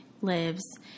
lives